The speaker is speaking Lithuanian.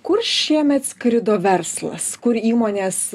kur šiemet skrido verslas kur įmonės